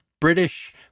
British